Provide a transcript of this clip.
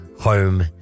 Home